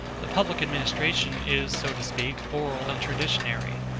the public administration is, so to speak, oral and traditionary.